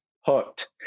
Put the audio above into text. hooked